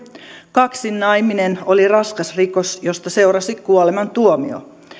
kaksinnaiminen oli raskas rikos josta seurasi kuolemantuomio